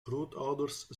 grootouders